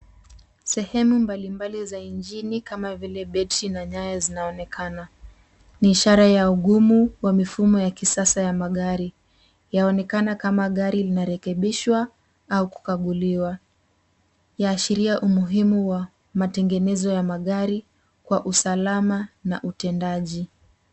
Sehemu mbali mbali za injini kama vile betri na nyaya zinaonekana. Ni ishara ya ugumu wa mifumo ya kisasa ya magari. Yaonekana kama gari linarekebishwa au kukaguliwa. Yaashiria umuhimu wa matengenezo ya magari kwa usalama na utendaji.